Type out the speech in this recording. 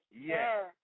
Yes